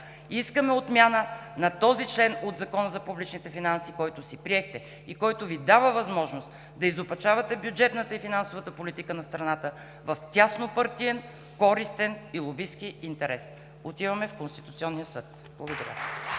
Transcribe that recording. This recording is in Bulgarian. искаме отмяна на този член от Закона за публичните финанси, който си приехте и който Ви дава възможност да изопачавате бюджетната и финансовата политика на страната в тяснопартиен, користен и лобистки интерес. Отиваме в Конституционния съд! Благодаря.